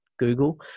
Google